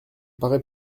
paraît